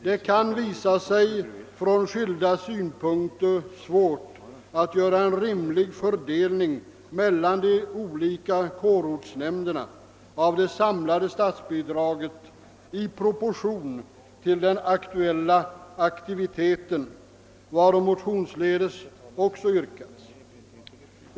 Det kan ur skilda synpunkter visa sig svårt att göra en rimlig fördelning mellan de olika kårortsnämnderna av det samlade statsbidraget i proportion till den aktuella aktiviteten, varom motionsledes också yrkats.